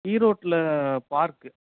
ஈரோட்டில் பார்க்கு